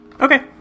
Okay